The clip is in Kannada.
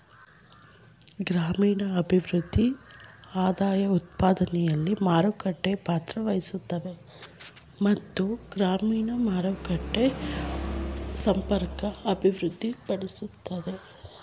ಗ್ರಾಮೀಣಭಿವೃದ್ಧಿ ಆದಾಯಉತ್ಪಾದನೆಲಿ ಮಾರುಕಟ್ಟೆ ಪಾತ್ರವಹಿಸುತ್ವೆ ಮತ್ತು ಗ್ರಾಮೀಣ ಮಾರುಕಟ್ಟೆ ಸಂಪರ್ಕ ಅಭಿವೃದ್ಧಿಪಡಿಸ್ತದೆ